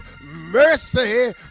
mercy